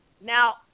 Now